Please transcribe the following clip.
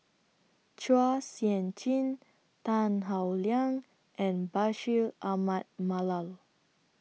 Chua Sian Chin Tan Howe Liang and Bashir Ahmad Mallal